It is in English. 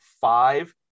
five